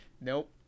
nope